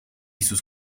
sus